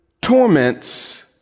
torments